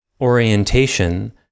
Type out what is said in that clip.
orientation